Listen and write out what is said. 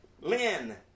Lynn